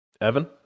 evan